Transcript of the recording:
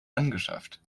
angeschafft